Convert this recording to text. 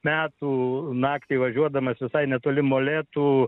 metų naktį važiuodamas visai netoli molėtų